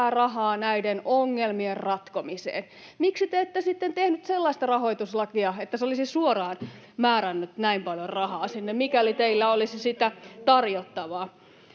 rahaa näiden ongelmien ratkomiseen. Miksi te ette sitten tehneet sellaista rahoituslakia, että se olisi suoraan määrännyt näin paljon rahaa sinne, [Antti Kurvinen: Miksi te ette